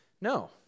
No